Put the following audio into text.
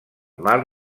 mar